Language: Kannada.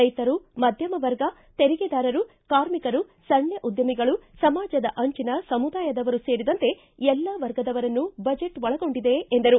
ರೈತರು ಮಧ್ಯಮವರ್ಗ ತೆರಿಗೆದಾರರು ಕಾರ್ಮಿಕರು ಸಣ್ಣ ಉದ್ಯಮಿಗಳು ಸಮಾಜದ ಅಂಚಿನ ಸಮುದಾಯದವರು ಸೇರಿದಂತೆ ಎಲ್ಲ ವರ್ಗದವರನ್ನೂ ಬಜೆಟ್ ಒಳಗೊಂಡಿದೆ ಎಂದರು